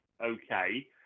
okay